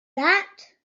that